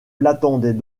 l’attendait